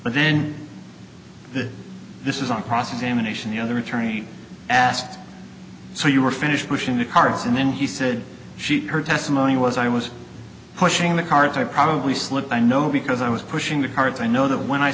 then the this is on cross examination the other attorney asked so you were finished pushing the cards and then he said she her testimony was i was pushing the cart i probably slipped i know because i was pushing the carts i know that when i